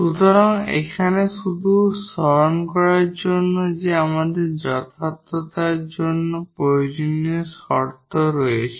সুতরাং এখানে শুধু স্মরণ করার জন্য যে আমাদের যথার্থতার জন্য প্রয়োজনীয় পর্যাপ্ত শর্ত রয়েছে